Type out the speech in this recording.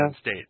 State